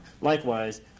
Likewise